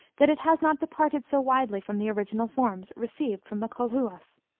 that it has not departed so widely from the original forms received from the colhuas.